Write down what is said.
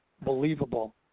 believable